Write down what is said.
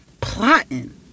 plotting